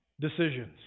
decisions